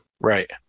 Right